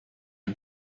are